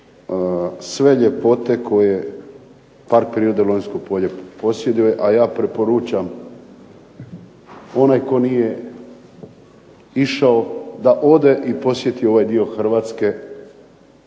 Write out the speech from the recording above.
sve ljepote koje Park prirode Lonjsko polje posjeduje, a ja preporučam onaj tko nije išao da ode i posjeti ovaj dio Hrvatske,